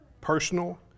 personal